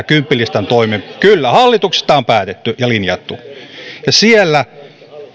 kymppilistan toimenpiteitä edistetään kyllä hallituksessa tämä on päätetty ja linjattu siellä